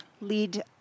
lead